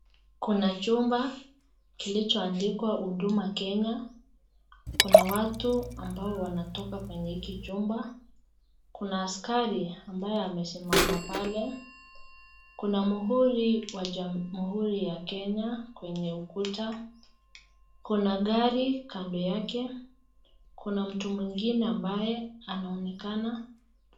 Kuna chumba kilichoandikwa Huduma Kenya. Kuna watu ambao wanatoka kwenye hiki chumba, kuna askari ambaye amesimama pale. Kuna muhuri wa jamuhuri wa Kenya kwenye ukuta. Kuna gari kando yake. Kuna mtu mwingine ambaye anaonekana